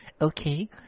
okay